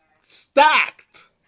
stacked